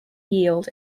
yield